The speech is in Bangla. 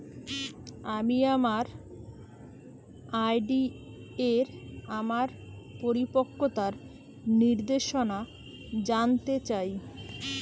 আমি আমার আর.ডি এর আমার পরিপক্কতার নির্দেশনা জানতে চাই